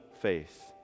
faith